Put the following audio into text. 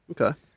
okay